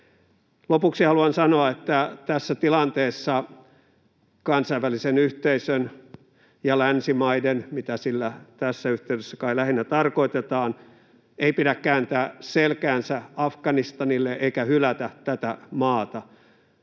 Lopuksi haluan sanoa, että tässä tilanteessa kansainvälisen yhteisön ja länsimaiden — mitä sillä tässä yhteydessä kai lähinnä tarkoitetaan — ei pidä kääntää selkäänsä Afganistanille eikä hylätä tätä maata.